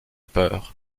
peur